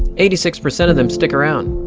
eighty six percent of them stick around,